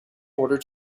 order